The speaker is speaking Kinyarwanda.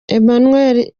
emmanuel